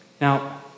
Now